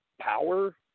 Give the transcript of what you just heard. power